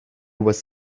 was